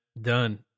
done